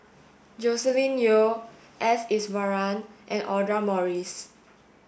Joscelin Yeo S Iswaran and Audra Morrice